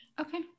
okay